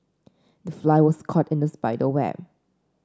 the fly was caught in the spider web